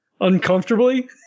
uncomfortably